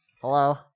Hello